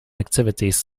activities